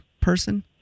person